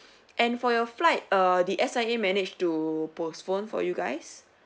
and for your flight err the S_I_A managed to postpone for you guys